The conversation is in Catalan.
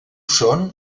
són